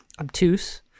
obtuse